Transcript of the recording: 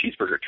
cheeseburger